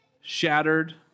shattered